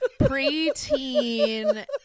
preteen